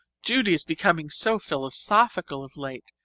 judy is becoming so philosophical of late,